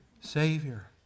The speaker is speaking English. Savior